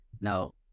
No